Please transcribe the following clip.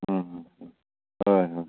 ꯎꯝ ꯎꯝ ꯎꯝ ꯍꯣꯏ ꯍꯣꯏ